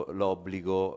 l'obbligo